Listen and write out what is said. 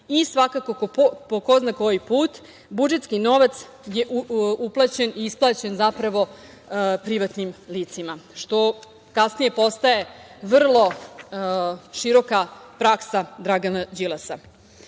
Svakako, po ko zna koji put, budžetski novac je uplaćen, isplaćen zapravo privatnim licima, što kasnije postaje vrlo široka praksa Dragana Đilasa. Upravo